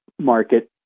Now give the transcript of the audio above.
market